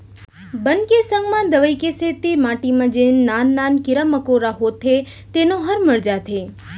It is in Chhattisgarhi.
बन के संग म दवई के सेती माटी म जेन नान नान कीरा मकोड़ा होथे तेनो ह मर जाथें